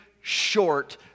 short